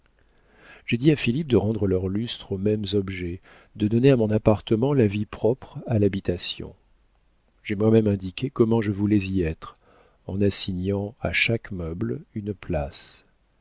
dit à philippe de rendre leur lustre aux mêmes objets de donner à mon appartement la vie propre à l'habitation j'ai moi-même indiqué comment je voulais y être en assignant à chaque meuble une place